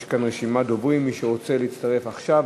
יש כאן רשימת דוברים, מי שרוצה להצטרף, עכשיו.